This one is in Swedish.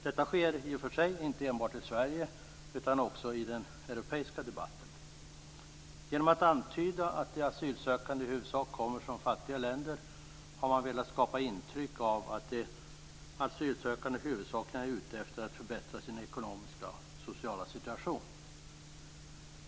Detta sker i och för sig inte enbart i Sverige utan också i den europeiska debatten. Genom att antyda att de asylsökande i huvudsak kommer från fattiga länder har man velat skapa intryck av att de asylsökande huvudsakligen är ute efter att förbättra sin ekonomiska och sociala situation.